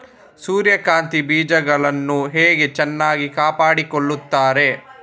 ಸೂರ್ಯಕಾಂತಿ ಬೀಜಗಳನ್ನು ಹೇಗೆ ಚೆನ್ನಾಗಿ ಕಾಪಾಡಿಕೊಳ್ತಾರೆ?